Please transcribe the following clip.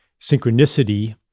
Synchronicity